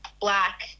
black